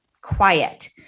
quiet